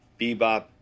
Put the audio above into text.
Bebop